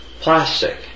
plastic